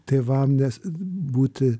tėvam nes būti